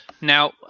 Now